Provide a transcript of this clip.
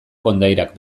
kondairak